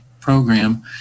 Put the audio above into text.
program